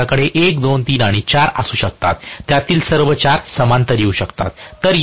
माझ्याकडे 1 2 3 आणि 4 असू शकतात त्यातील सर्व 4 समांतर येऊ शकतात